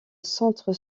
centre